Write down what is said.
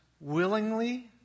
willingly